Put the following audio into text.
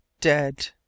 dead